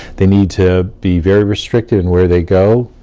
they need to be very restricted in where they go,